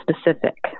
specific